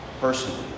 personally